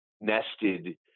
nested